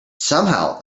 somehow